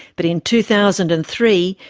but in two thousand and three,